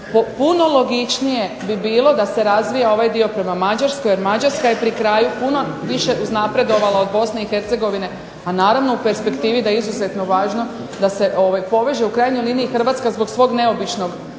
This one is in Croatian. puno logičnije bi bilo da se razvija ovaj dio prema Mađarskoj, jer Mađarska je pri kraju puno više uznapredovala od BiH, a naravno u perspektivi da je izuzetno važno da se poveže u krajnjoj liniji Hrvatska zbog svog neobičnog